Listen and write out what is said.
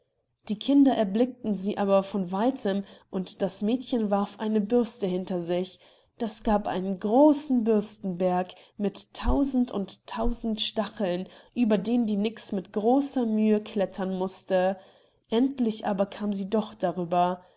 die kinder erblickten sie aber von weitem und das mädchen warf eine bürste hinter sich das gab einen großen bürstenberg mit tausend und tausend stacheln über den die nix mit großer müh klettern mußte endlich aber kam sie doch darüber